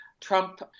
Trump